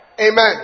Amen